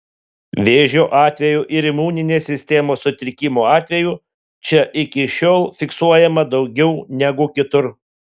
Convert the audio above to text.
vėžio atvejų ar imuninės sistemos sutrikimo atvejų čia iki šiol fiksuojama daugiau negu kitur